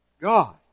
God